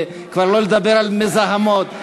שלא לדבר על מזהמות.